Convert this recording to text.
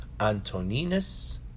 Antoninus